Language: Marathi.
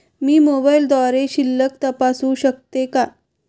मी मोबाइलद्वारे शिल्लक तपासू शकते का?